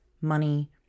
Money